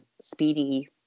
speedy